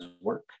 work